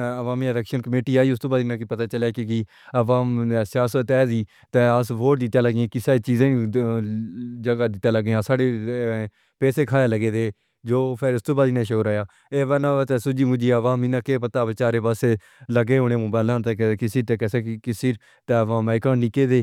عوامی الیکشن کمیٹی آئی اس وقت ناں کہ پتہ چلے کہ عوام نے سیاست تے ہیں تے ووٹ دیۓ تے لگے کہ سائیں چیزیں جگہ دی تے لگے ساڑھے پیسے کھاۓ لگے سن جو پھر اُس وقت نے شہر ہویا یا ورنہ سوجھی مجھی عوامی ناں کہ پتہ بچارے بس لگے ہونے موبائل لے ہونے تے کسے تے کیسے کسے تے مائیکرو نہیں کہہ دے۔